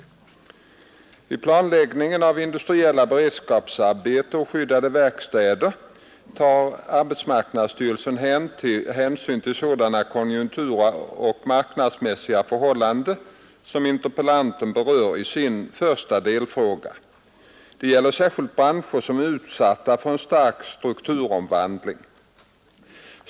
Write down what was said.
Vid planläggningen av industriella beredskapsarbeten och skyddade verkstäder tar AMS hänsyn till sådana konjunkturoch marknadsmässiga förhållanden som interpellanten berör i sin första delfråga. Det gäller särskilt branscher som är utsatta för en stark strukturomvandling.